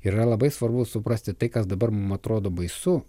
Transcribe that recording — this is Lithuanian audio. yra labai svarbu suprasti tai kas dabar mums atrodo baisu